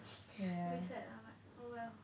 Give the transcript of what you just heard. a bit sad lah but oh well